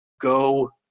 go